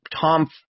Tom